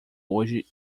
hoje